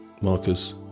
Marcus